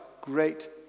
great